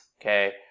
okay